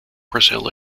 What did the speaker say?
brazil